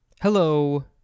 Hello